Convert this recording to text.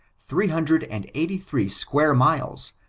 three hundred and eighty three square miles,